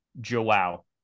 Joao